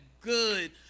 good